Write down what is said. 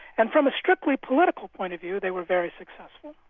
and from a strictly political point of view, they were very successful.